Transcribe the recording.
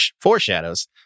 foreshadows